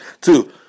Two